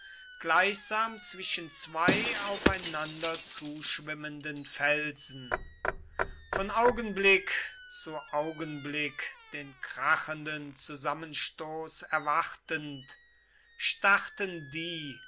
gleichsam zwischen zwei aufeinander zuschwimmenden felsen von augenblick zu augenblick den krachenden zusammenstoß erwartend starrten die